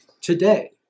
today